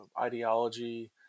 ideology